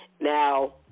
now